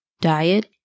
diet